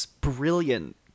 brilliant